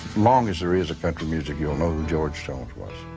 long as there is a country music, you'll know who george jones was.